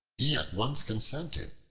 he at once consented.